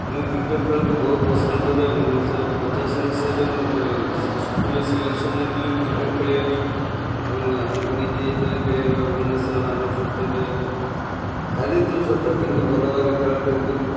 ମୁଁ କ୍ରିକେଟ ଖେଳକୁ ବହୁତ ପସନ୍ଦ କରେ ଉଣେଇଶହ ପଞ୍ଚାଅଶି ମସିଆରେ ମୁଁ ସ୍କୁଲରେ ସିଲେକ୍ସନ ହେଇଥିଲି କ୍ରିକେଟ ଖେଳିବା ପାଇଁ ଏବଂ ଆମକୁ ନେଇକି ଯାଇଥିଲେ ଖେଳିବା ପାଇଁ ଭୁବେନେଶ୍ୱର ଆମେ ସେତେରେ ହାରିଥିଲୁ ସତ କିନ୍ତୁ ଭଲଭାବରେ ଖେଳ ଖେଳିଥିଲୁ